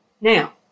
Now